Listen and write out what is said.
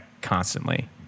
constantly